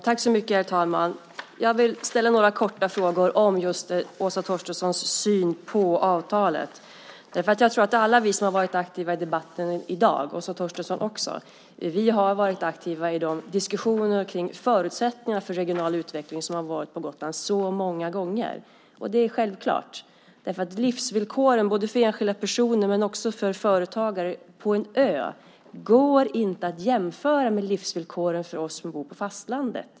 Herr talman! Jag vill ställa några korta frågor om Åsa Torstenssons syn på avtalet. Jag tror att alla vi som har varit aktiva i debatten i dag, och också Åsa Torstensson, har varit aktiva i diskussionerna om förutsättningar för regional utveckling som så många gånger varit på Gotland. Det är självklart att livsvillkoren både för enskilda personer och för företagare på en ö inte går att jämföra med livsvillkoren för oss som bor på fastlandet.